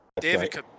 David